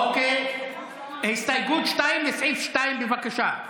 אוקיי, הסתייגות 2, לסעיף 2, בבקשה.